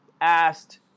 asked